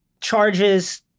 charges